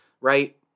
Right